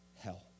Hell